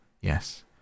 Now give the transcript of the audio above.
Yes